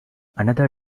another